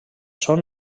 són